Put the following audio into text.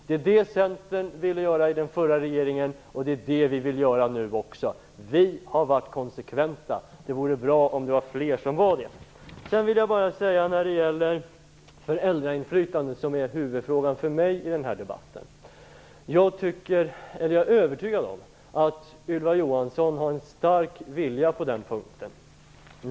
Det var det som Centern ville göra i den förra regeringen, och det är det vi vill göra nu också. Vi har varit konsekventa. Det vore bra om flera var det. När det gäller föräldrainflytandet, som är huvudfrågan för mig i den här debatten, är jag övertygad om att Ylva Johansson har en stark vilja på den punkten.